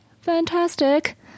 fantastic